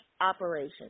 operation